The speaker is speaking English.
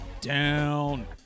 down